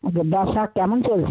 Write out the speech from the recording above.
আচ্ছা ব্যবসা কেমন চলছে